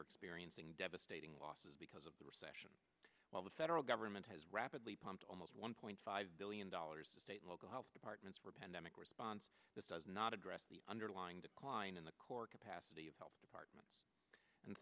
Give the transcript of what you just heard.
are experiencing devastating losses because of the recession while the federal government has rapidly pumped almost one point five billion dollars of state local health departments for pandemic response this does not address the underlying decline in the core capacity of health departments and